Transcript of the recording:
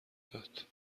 داد